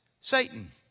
Satan